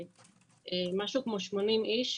משהו כמו 80 איש,